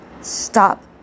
Stop